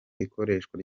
ikoreshwa